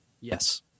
Yes